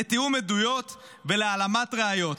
לתיאום עדויות ולהעלמת ראיות".